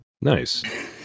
Nice